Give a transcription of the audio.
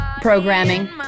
programming